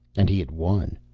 and he had won,